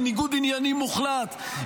בניגוד עניינים מוחלט,